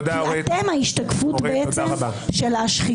כי אתם ההשתקפות של השחיתות.